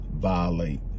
violate